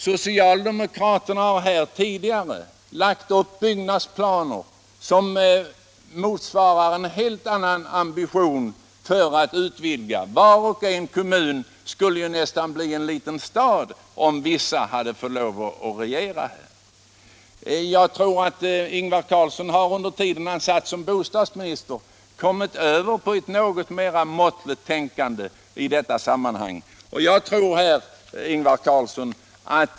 Socialdemokraterna har tidigare lagt upp byggnadsplaner som motsvarar en helt annan ambition när det gäller att utvidga. Varje kommun skulle nästan bli en liten stad, om vissa av er hade fått lov att regera. Jag tror att herr Ingvar Carlsson under den tid då han suttit som bostadsminister har kommit över på ett något mera måttfullt tänkande i detta sammanhang.